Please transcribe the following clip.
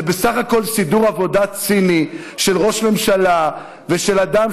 זה בסך הכול סידור עבודה ציני של ראש ממשלה ושל אדם